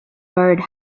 bird